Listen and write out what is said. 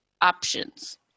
options